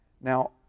Now